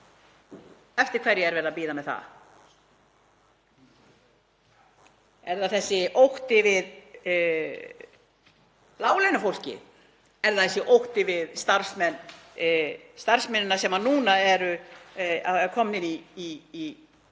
Eftir hverju er verið að bíða með það? Er það þessi ótti við láglaunafólkið? Er það þessi ótti við starfsmennina sem núna eru í kjaraviðræðum?